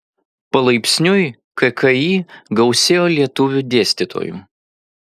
palaipsniui kki gausėjo lietuvių dėstytojų